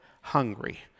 hungry